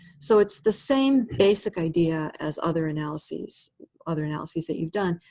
so it's the same basic idea as other analyses other analyses that you've done.